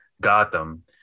Gotham